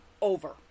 Over